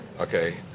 Okay